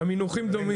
המינוחים דומים.